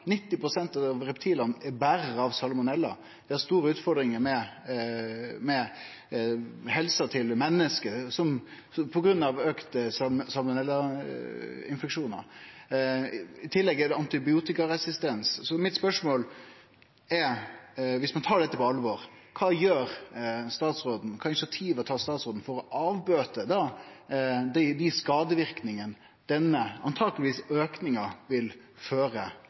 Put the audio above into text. store utfordringar for helsa til menneske på grunn av auken i salmonellainfeksjonar, i tillegg til antibiotikaresistens. Mitt spørsmål er, viss ein tar dette på alvor: Kva gjer statsråden og kva initiativ tar statsråden for å hindre dei skadane denne auken antakeleg vil føre